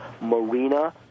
Marina